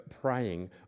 praying